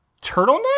turtleneck